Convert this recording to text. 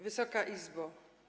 Wysoka Izbo!